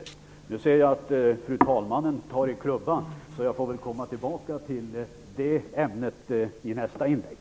Jag ser att fru talmannen nu tar tag i klubban för att markera att min repliktid är ute, så jag får väl komma tillbaka till det ämnet i nästa inlägg.